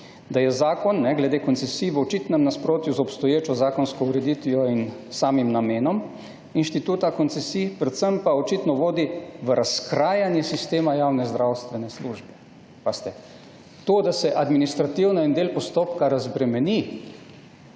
da je zakon glede koncesij v očitnem nasprotju z obstoječo zakonsko ureditvijo in samim namenom inštituta koncesij, predvsem pa očitno vodi v razkrajanje sistema javne zdravstvene službe. Pazite, to da se administrativno in del postopka razbremeni